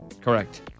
Correct